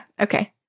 Okay